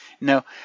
No